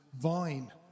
Vine